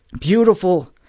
beautiful